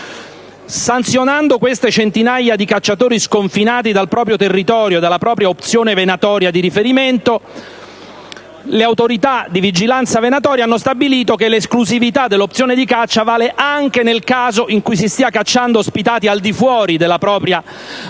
Sanzionando queste centinaia di cacciatori sconfinati dal proprio territorio e dalla propria opzione venatoria di riferimento, l'autorità di vigilanza venatoria ha stabilito che l'esclusività dell'opzione di caccia vale anche nel caso in cui si stia cacciando ospitati al di fuori della propria zona